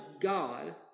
God